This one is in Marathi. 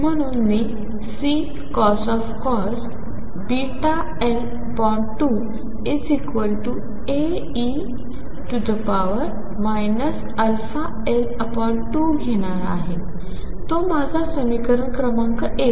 म्हणून मी Ccos βL2 Ae αL2घेणार आहे तो माझा समीकरण क्रमांक 1